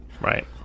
Right